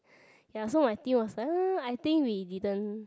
ya so my team was like no no no I think we didn't